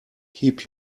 keep